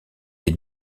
est